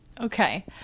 Okay